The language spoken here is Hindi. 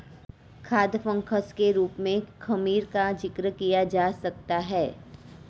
खाद्य फंगस के रूप में खमीर का जिक्र किया जा सकता है